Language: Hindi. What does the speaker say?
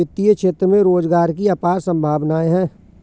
वित्तीय क्षेत्र में रोजगार की अपार संभावनाएं हैं